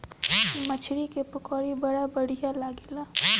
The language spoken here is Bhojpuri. मछरी के पकौड़ी बड़ा बढ़िया लागेला